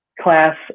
class